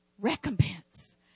recompense